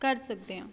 ਕਰ ਸਕਦੇ ਹਾਂ